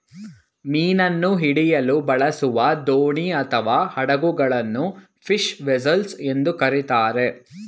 ಮೀನನ್ನು ಹಿಡಿಯಲು ಬಳಸುವ ದೋಣಿ ಅಥವಾ ಹಡಗುಗಳನ್ನು ಫಿಶ್ ವೆಸೆಲ್ಸ್ ಎಂದು ಕರಿತಾರೆ